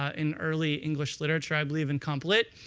ah in early english literature, i believe, in comp. lit.